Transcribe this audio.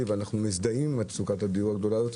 ואנחנו מזדהים עם מצוקת הדיור הגדולה הזאת,